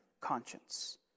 conscience